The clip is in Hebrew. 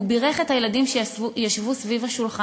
הוא בירך את הילדים שישבו סביב השולחן.